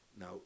Now